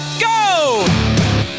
Go